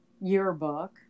yearbook